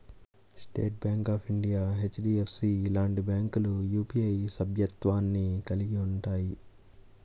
state Bank of India, HDFC లాంటి బ్యాంకులు UPI సభ్యత్వాన్ని కలిగి ఉంటయ్యి